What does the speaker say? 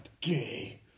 gay